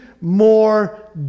more